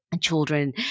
children